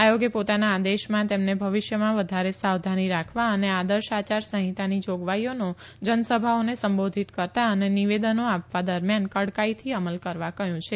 આયોગે પોતાના આદેશમાં તેમને ભવિષ્યમાં વધારે સાવધાની રાખવા અને આદર્શ આયાર સંહિતાની જાગવાઈઓનો જનસભાઓને સંબોધિત કરતા અને નિવેદનો આપવા દરમિયાન કડકાઈથી અમલ કરવા કહ્યું છે